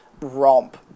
romp